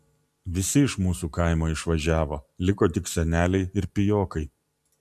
visi iš mūsų kaimo išvažiavo liko tik seneliai ir pijokai